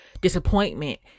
disappointment